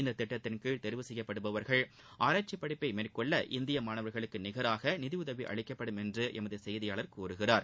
இந்தத் திட்டத்தின்கீழ் தேர்வு செய்யப்படுபவர்கள் ஆராய்ச்சி படிப்பை மேற்கொள்ள இந்திய மாணவர்களுக்கு நிகராக நிதியுதவி அளிக்கப்படும் என்று எமது செய்தியாளர் கூறுகிறார்